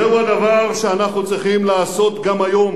זהו הדבר שאנחנו צריכים לעשות גם היום.